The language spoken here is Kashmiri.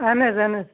اہَن حظ اہَن حظ